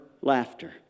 laughter